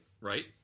right